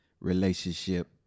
relationship